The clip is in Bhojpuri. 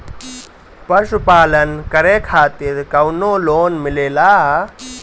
पशु पालन करे खातिर काउनो लोन मिलेला?